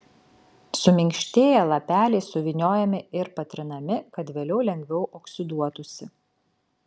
suminkštėję lapeliai suvyniojami ir patrinami kad vėliau lengviau oksiduotųsi